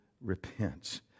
repents